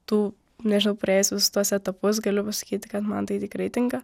tų nežinau praėjus visus tuos etapus galiu pasakyti kad man tai tikrai tinka